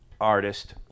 artist